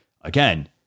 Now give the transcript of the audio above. again